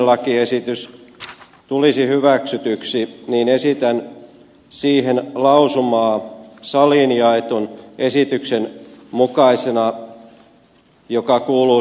lakiehdotus tulisi hyväksytyksi esitän siihen lausumaa saliin jaetun esityksen mukaisena joka kuuluu seuraavasti